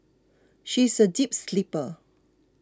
she is a deep sleeper